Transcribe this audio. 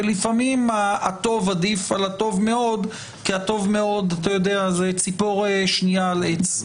ולפעמים הטוב עדיף על הטוב מאוד כי הטוב מאוד זו ציפור שנייה על עץ.